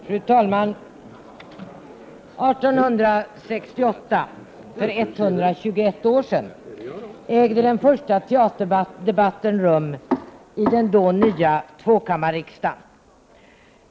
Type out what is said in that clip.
Fru talman! År 1868, för 121 år sedan, ägde den första teaterdebatten rum i den då nya tvåkammarriksdagen.